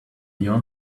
year